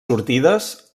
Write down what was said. sortides